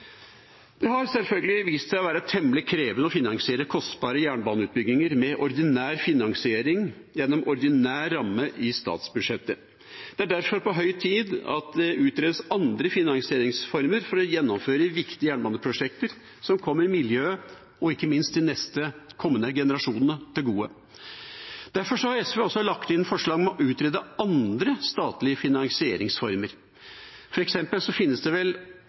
Det har selvfølgelig vist seg å være temmelig krevende å finansiere kostbare jernbaneutbygginger med ordinær finansiering gjennom ordinær ramme i statsbudsjettet. Det er derfor på høy tid at det utredes andre finansieringsformer for å gjennomføre viktige jernbaneprosjekter som kommer miljøet og ikke minst de kommende generasjonene til gode. Derfor har SV også lagt inn forslag om å utrede andre statlige finansieringsformer. For eksempel finnes det vel